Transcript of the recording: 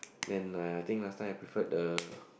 then uh I think last time I preferred the